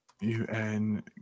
U-N